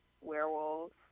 werewolves